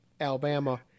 Alabama